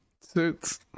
Suits